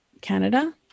canada